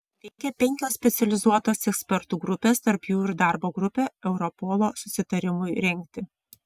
veikė penkios specializuotos ekspertų grupės tarp jų ir darbo grupė europolo susitarimui rengti